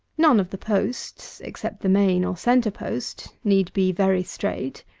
none of the posts, except the main or centre-post, need be very straight.